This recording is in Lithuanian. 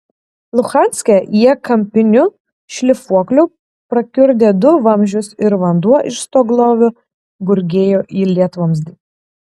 luhanske jie kampiniu šlifuokliu prakiurdė du vamzdžius ir vanduo iš stoglovio gurgėjo į lietvamzdį